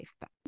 back